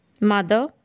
Mother